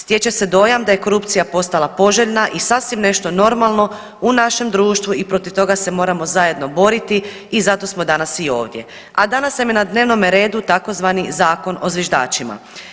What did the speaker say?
Stječe se dojam da je korupcija postala poželjna i sasvim nešto normalno u našem društvu i protiv toga se moramo zajedno boriti i zato smo danas i ovdje, a danas nam je na dnevnome redu tzv. Zakon o zviždačima.